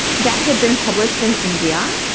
that had been published in india.